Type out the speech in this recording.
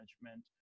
management